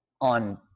on